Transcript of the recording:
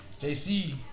JC